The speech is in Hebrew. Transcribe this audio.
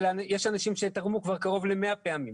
ויש לנו בישיבות אנשים שתרמו כבר קרוב למאה פעמים